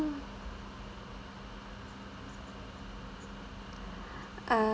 ah